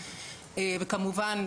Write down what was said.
וכמובן,